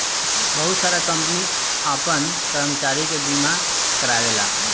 बहुत सारा कंपनी आपन कर्मचारी के बीमा कारावेला